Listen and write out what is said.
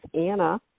Anna